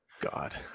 God